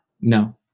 no